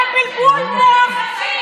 זה בלבול מוח.